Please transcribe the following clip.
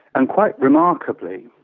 and, quite remarkably,